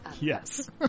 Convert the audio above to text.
Yes